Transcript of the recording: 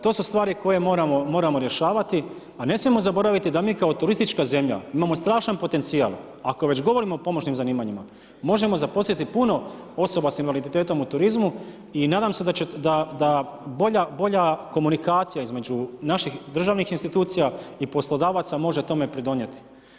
To su stvari koje moramo rješavati a ne smijemo zaboraviti da mi kao turistička zemlja imamo strašan potencijal, ako već govorimo o pomoćnim zanimanjima, možemo zaposliti puno osoba sa invaliditetom u turizmu i nadam se da bolja komunikacija između naših državnih institucija i poslodavaca može tome pridonijeti.